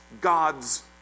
God's